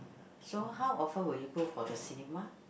so how often will you go for the cinema